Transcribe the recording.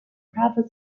pravda